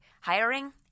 Hiring